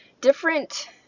different